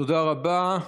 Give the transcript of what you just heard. תודה רבה.